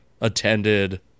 attended